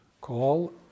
call